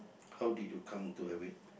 how did you come to have it